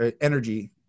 energy